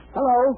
Hello